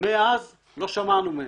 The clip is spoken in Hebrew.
אבל מאז לא שמענו מהם.